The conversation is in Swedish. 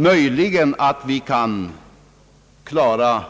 Möjligen kan vi klara